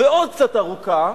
ועוד קצת ארוכה.